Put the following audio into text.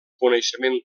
coneixement